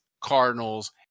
Cardinals